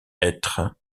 être